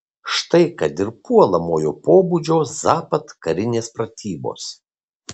štai kad ir puolamojo pobūdžio zapad karinės pratybos